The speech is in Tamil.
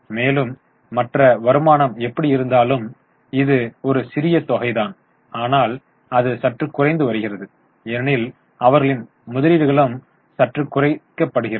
மேலும் மற்ற வருமானம் எப்படியிருந்தாலும் இது ஒரு சிறிய தொகை தான் ஆனால் அது சற்று குறைந்து வருகிறது ஏனெனில் அவர்களின் முதலீடுகளும் சற்று குறைக்கப்படுகிறது